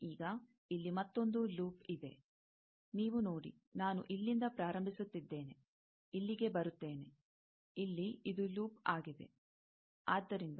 ಈಗ ಇಲ್ಲಿ ಮತ್ತೊಂದು ಲೂಪ್ ಇದೆ ನೀವು ನೋಡಿ ನಾನು ಇಲ್ಲಿಂದ ಪ್ರಾರಂಭಿಸುತ್ತಿದ್ದೇನೆ ಇಲ್ಲಿಗೆ ಬರುತ್ತೇನೆ ಇಲ್ಲಿ ಇದು ಲೂಪ್ ಆಗಿದೆ ಆದ್ದರಿಂದ